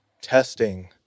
testing